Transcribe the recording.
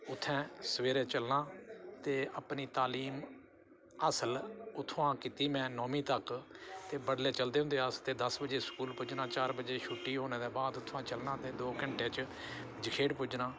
उत्थें सवेरें चलना ते अपनी तालीम हासल उत्थुआं कीती में नौमीं तक ते बड्डलै चलदे होंदे हे अस ते दस बजे स्कूल पुज्जना चार बज़े छुट्टी होने दे बाद उत्थुआं दा चलना ते दो घैंटे च जखेड़ पुज्जना